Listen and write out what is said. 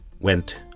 went